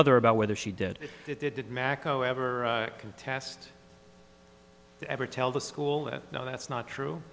other about whether she did it macko ever contest ever tell the school that no that's not true